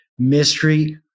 mystery